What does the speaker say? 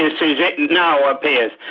yeah it now appears.